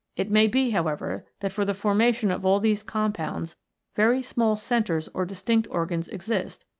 it may be, however, that for the formation of all these compounds very small centres or distinct organs exist,